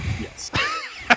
Yes